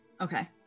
Okay